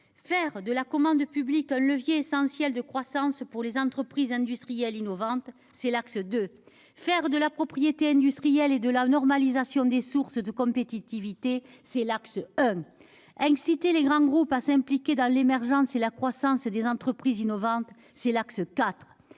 Faire de la commande publique un levier essentiel de croissance pour les entreprises industrielles innovantes ? C'est le deuxième axe. Faire de la propriété industrielle et de la normalisation des sources de compétitivité ? C'est le premier axe. Inciter les grands groupes à s'impliquer dans l'émergence et la croissance des entreprises innovantes ? C'est le